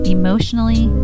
emotionally